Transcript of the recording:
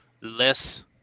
less